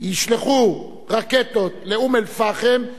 ישלחו רקטות לאום-אל-פחם,